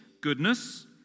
goodness